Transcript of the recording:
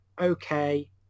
okay